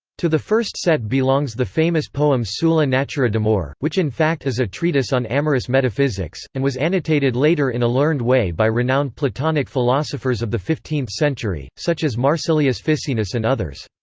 to the first set belongs the famous poem sulla natura d'amore, which in fact is a treatise on amorous metaphysics, and was annotated later in a learned way by renowned platonic philosophers of the fifteenth century, such as marsilius ficinus and others.